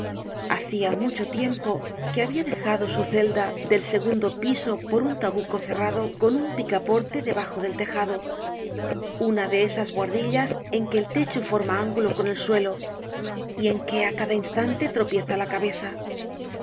hacia mucho tiempo que habia dejado su celda del segundo piso por un tabuco cerrado con un picaporte debajo del tejado una de esas buhardillas en que el techo forma ángulo con el suelo y en que á cada instante tropieza la cabeza